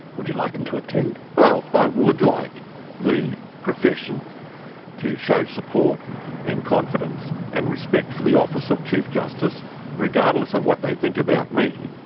would you like them to attend? well, i would like the profession to show support and confidence and respect for the office of chief justice, regardless ofwhat they think about me.